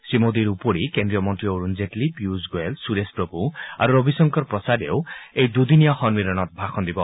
শ্ৰীমোদীৰ উপৰি কেন্দ্ৰীয় মন্ত্ৰী অৰুণ জেটলী পীয়ুষ গোৱেল সুৰেশ প্ৰভু আৰু ৰবিশংকৰ প্ৰসাদেও এই দুদিনীয়া সম্মিলনত ভাষণ দিব